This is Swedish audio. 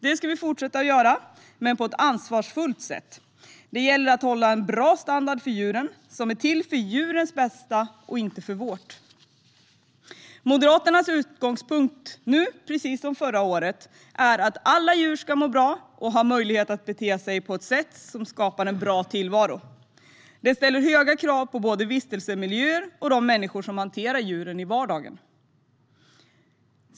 Det ska vi fortsätta att göra men på ett ansvarsfullt sätt. Det gäller att hålla en bra standard för djuren som är till för djurens bästa och inte för vårt eget. Moderaternas utgångspunkt, nu precis som förra året, är att alla djur ska må bra och ha möjlighet att bete sig på ett sätt som skapar en bra tillvaro. Det ställer höga krav på både vistelsemiljö och de människor som hanterar djuren i vardagen.